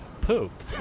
Poop